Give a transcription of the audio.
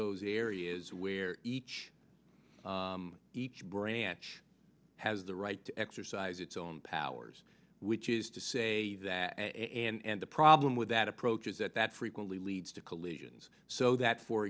those areas where each each branch has the right to exercise its own powers which is to say and the problem with that approach is that that frequently leads to collisions so that for